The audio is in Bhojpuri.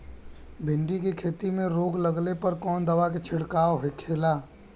भिंडी की खेती में रोग लगने पर कौन दवा के छिड़काव खेला?